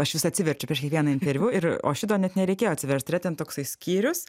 aš vis atsiverčiu prieš kiekvieną interviu ir o šito net nereikėjo atsiverst yra ten toksai skyrius